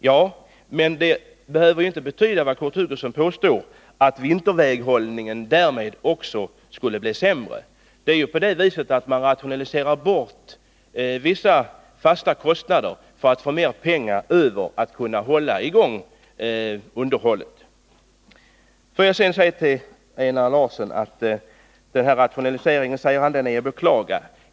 Ja, men det behöver inte betyda vad Kurt Hugosson påstår, nämligen att vinterväghållningen därmed också skulle bli sämre. Det är på det sättet att man rationaliserar bort vissa fasta kostnader för att få mer pengar över till att hålla i gång underhållet. Einar Larsson säger att den här rationaliseringen är att beklaga.